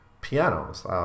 pianos